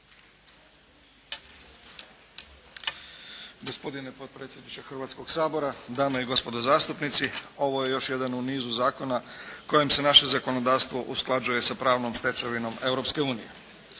Gospodine potpredsjedniče Hrvatskog sabora, dame i gospodo zastupnici. Ovo je još jedan u nizu zakona kojim se naše zakonodavstvo usklađuje sa pravnom stečevinom